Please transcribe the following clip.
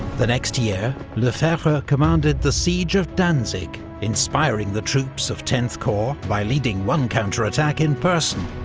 the next year, lefebvre commanded the siege of danzig, inspiring the troops of tenth corps by leading one counter-attack in person.